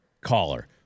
caller—